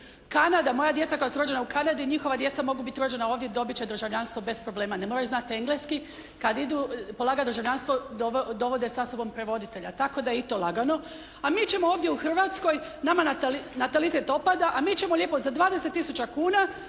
Kanada, moja djeca koja su rođena u Kanadi, njihova djeca mogu biti rođena ovdje, dobit će državljanstvo bez problema. Ne moraju znati engleski. Kad idu polagati državljanstvo dovode sa sobom prevoditelja. Tako da je i to lagano. A mi ćemo ovdje u Hrvatskoj, nama natalitet opada a mi ćemo lijepo za 20 tisuća kuna,